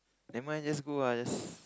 never mind just go ah just